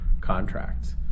contracts